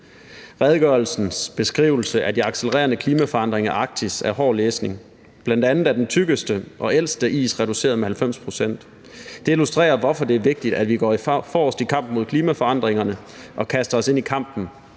Redegørelsens beskrivelse af de accelererende klimaforandringer i Arktis er hård læsning, bl.a. er den tykkeste og ældste is reduceret med 90 pct. Det illustrerer, hvorfor det er vigtigt, at vi går forrest i kampen mod klimaforandringerne og kaster os ind i kampen